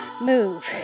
move